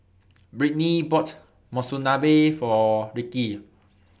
Brittnee bought Monsunabe For Ricki